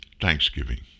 Thanksgiving